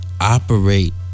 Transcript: operate